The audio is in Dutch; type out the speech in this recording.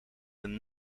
een